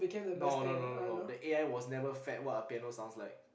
no no no no no the A_I was never fed what a piano sounds like